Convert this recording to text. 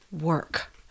work